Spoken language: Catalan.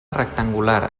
rectangular